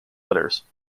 letters